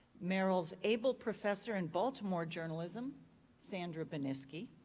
merrill's abell professor in baltimore journalism sandy banisky.